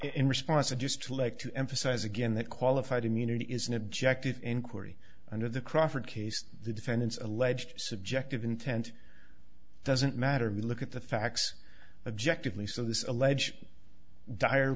in response to just like to emphasize again that qualified immunity is an objective inquiry under the crawford case the defendant's alleged subjective intent doesn't matter if we look at the facts objectively so this alleged dire